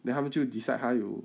then 他们就 decide 他有